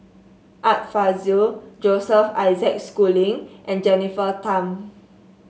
Art Fazil Joseph Isaac Schooling and Jennifer Tham